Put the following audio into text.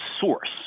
source